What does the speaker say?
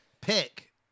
Pick